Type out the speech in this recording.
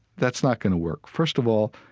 that's not going to work. first of all,